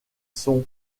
sont